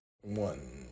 One